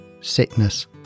sickness